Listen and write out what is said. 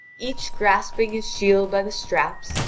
each grasping his shield by the straps,